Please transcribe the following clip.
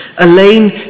Elaine